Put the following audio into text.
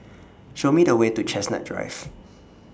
Show Me The Way to Chestnut Drive